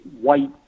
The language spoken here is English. white